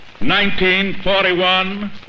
1941